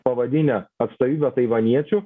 pavadinę atstovybę taivaniečių